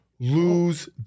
lose